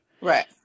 Right